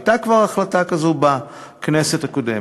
הייתה כבר החלטה כזו בכנסת הקודמת.